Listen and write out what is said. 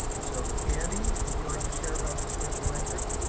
so, candy, would you like to share about the special ed group?